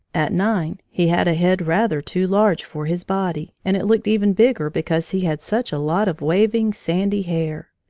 at nine he had a head rather too large for his body, and it looked even bigger because he had such a lot of waving, sandy hair.